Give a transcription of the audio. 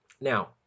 Now